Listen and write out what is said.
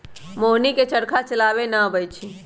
मोहिनी के चरखा चलावे न अबई छई